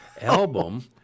album